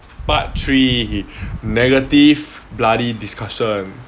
part three negative bloody discussion